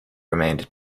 remained